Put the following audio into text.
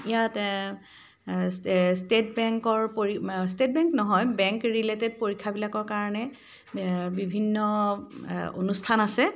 ইয়াত ষ্টে'ট বেংকৰ পৰি ষ্টে'ট বেংক নহয় বেংক ৰিলেটেড পৰীক্ষা বিলাকৰ কাৰণে বিভিন্ন অনুষ্ঠান আছে